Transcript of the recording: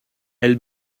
elle